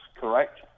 correct